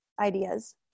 ideas